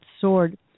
sword